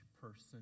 person